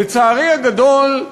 לצערי הגדול,